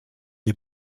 des